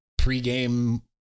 pregame